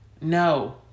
No